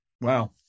Wow